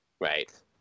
right